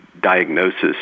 diagnosis